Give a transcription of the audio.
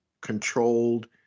controlled